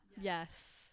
yes